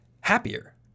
happier